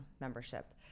membership